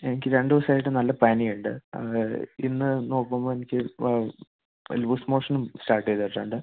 എനിക്ക് രണ്ട് ദിവസം ആയിട്ട് നല്ല പനി ഉണ്ട് ഇന്ന് നോക്കുമ്പോൾ എനിക്ക് ഇപ്പം ലൂസ്മോഷനും സ്റ്റാർട്ട് ചെയ്തിട്ടുണ്ട്